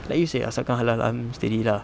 like you say asalkan halal I'm steady lah